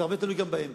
הרבה תלוי גם בהם.